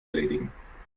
erledigen